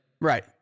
right